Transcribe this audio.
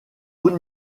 haut